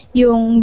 yung